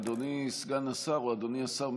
אדוני סגן השר או אדוני השר,